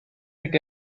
with